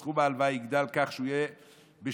סכום ההלוואה יגדל כך שהוא יהיה בשיעור